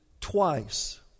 twice